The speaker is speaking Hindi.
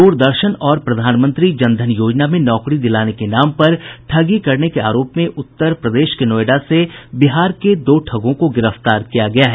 द्रदर्शन और प्रधानमंत्री जन धन योजना में नौकरी दिलाने के नाम पर ठगी करने के आरोप में उत्तर प्रदेश के नोएडा से बिहार के दो ठगों को गिरफ्तार किया गया है